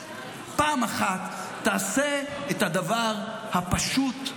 פעם אחת תעשה את הדבר הפשוט,